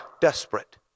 desperate